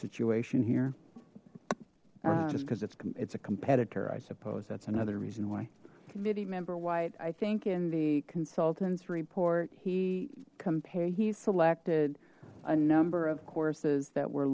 situation here just because it's it's a competitor i suppose that's another reason why committee member white i think in the consultants report he compared he selected a number of courses that were